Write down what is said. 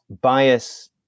bias